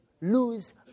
lose